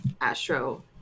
astro